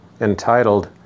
entitled